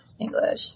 English